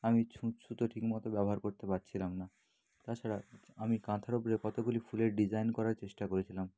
আমি ছুঁচ সুতো ঠিকমতো ব্যবহার করতে পারছিলাম না তাছাড়া আমি কাঁথার ওপরে কতগুলি ফুলের ডিজাইন করার চেষ্টা করেছিলাম